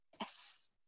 Yes